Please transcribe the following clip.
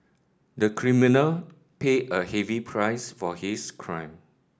the criminal paid a heavy price for his crime